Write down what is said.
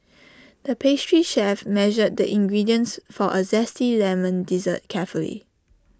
the pastry chef measured the ingredients for A Zesty Lemon Dessert carefully